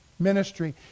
ministry